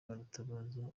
baratabaza